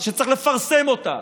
שצריך לפרסם אותה,